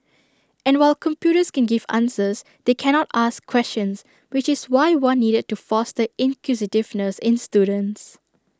and while computers can give answers they cannot ask questions which is why one needed to foster inquisitiveness in students